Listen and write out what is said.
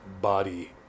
body